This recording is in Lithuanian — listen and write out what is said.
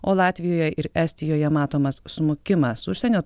o latvijoje ir estijoje matomas smukimas užsienio